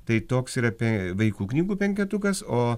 tai toks ir apie vaikų knygų penketukas o